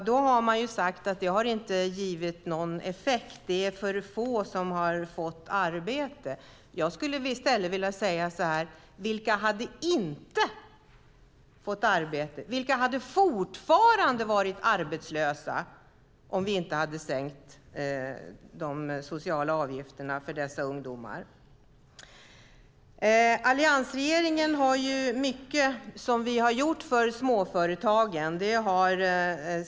Då har det sagts att det inte givit någon effekt, att alltför få har fått arbete. Jag skulle i stället vilja fråga: Vilka hade inte fått arbete? Vilka hade fortfarande varit arbetslösa om vi inte hade sänkt de sociala avgifterna för dessa ungdomar? Alliansregeringen har gjort mycket för småföretagen.